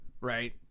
right